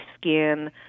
skin